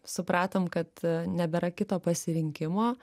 supratom kad nebėra kito pasirinkimo